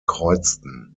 kreuzten